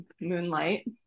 Moonlight